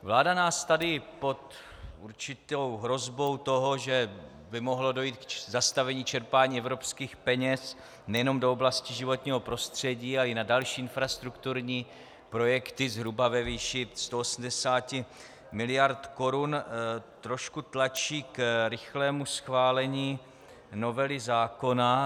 Vláda nás tady pod určitou hrozbou toho, že by mohlo dojít k zastavení čerpání evropských peněz nejenom do oblasti životního prostředí, ale i na další infrastrukturní projekty zhruba ve výši 180 miliard korun, trošku tlačí k rychlému schválení novely zákona.